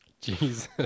Jesus